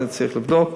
את זה צריך לבדוק,